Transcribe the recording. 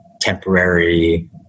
temporary